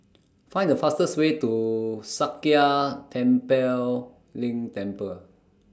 Find The fastest Way to Sakya Tenphel Ling Temple